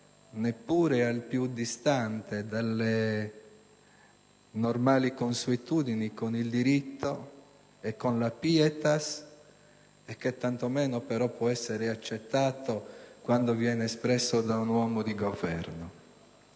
neppure al più distante dalle normali consuetudini con il diritto e con la *pietas* e che tantomeno può essere accettato quando viene espresso da un uomo di Governo.